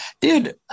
dude